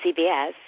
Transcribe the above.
CBS